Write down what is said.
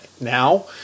now